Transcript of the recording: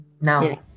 now